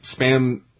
spam